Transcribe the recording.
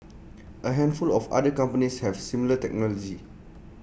A handful of other companies have similar technology